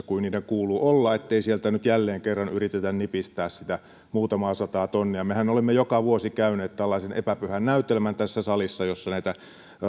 kuin niiden kuuluu olla ettei sieltä nyt jälleen kerran yritetä nipistää sitä muutamaa sataa tonnia mehän olemme joka vuosi käyneet tässä salissa epäpyhän näytelmän jossa